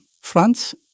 France